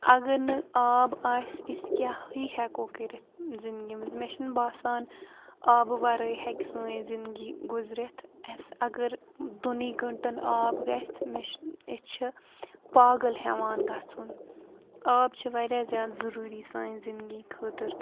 اَگَر نہٕ آب آسہِ أسۍ کیاہ ہی ہیٚکو کٔرِتھ زِنٛدگی مَنٛز مےٚ چھُنہٕ باسان آبہٕ وَرٲے ہیٚکہِ سٲنۍ زِنٛدگی گُزرِتھ أسۍ اَگَر دۄنٕے گٲنٛٹَن آب گَژھِ مےٚ چھُ أسۍ چھِ پاگَل ہیٚوان گَژھُن آب چھِ واریاہ زیادٕ ضروٗری سانہِ زِنٛدگی خٲطرٕ